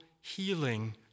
healing